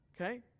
Okay